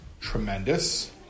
tremendous